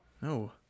No